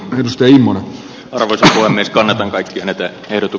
yritysten omaa arvoiseen niskanen on kaikkien eteen erotu